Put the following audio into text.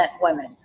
women